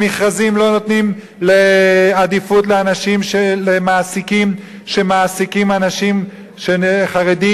במכרזים לא נותנים עדיפות לאנשים שמעסיקים אנשים חרדים,